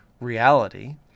reality